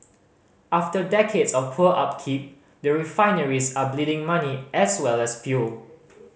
after decades of poor upkeep the refineries are bleeding money as well as fuel